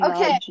Okay